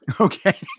okay